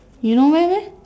you know where meh